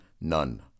None